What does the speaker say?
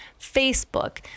Facebook